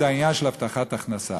העניין של הבטחת הכנסה.